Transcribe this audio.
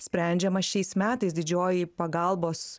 sprendžiama šiais metais didžioji pagalbos